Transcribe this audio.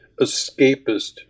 escapist